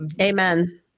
Amen